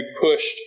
pushed